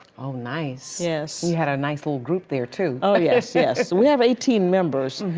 oh nice. yes. we had a nice little group there too. oh yes, yes. we have eighteen members.